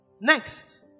Next